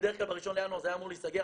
בדרך כלל ב-1 בינואר זה היה אמור להיסגר,